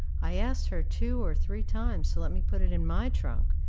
i asked her two or three times to let me put it in my trunk,